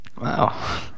Wow